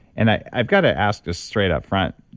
and i've got to ask this straight up front.